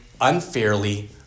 unfairly